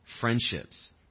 friendships